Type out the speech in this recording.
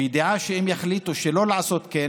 בידיעה שאם יחליטו שלא לעשות כן